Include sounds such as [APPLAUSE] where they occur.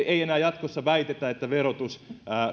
[UNINTELLIGIBLE] ei enää jatkossa väitetä että verotus